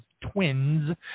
twins